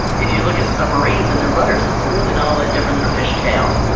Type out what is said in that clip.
if you look at submarines and their rudders, it's really not all that different than a fish tail.